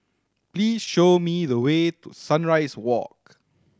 please show me the way to Sunrise Walk